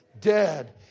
dead